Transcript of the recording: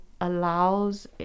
Allows